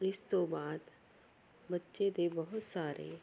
ਇਸ ਤੋਂ ਬਾਅਦ ਬੱਚੇ ਦੇ ਬਹੁਤ ਸਾਰੇ